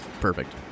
Perfect